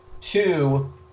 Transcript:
Two